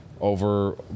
over